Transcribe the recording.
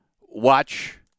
watch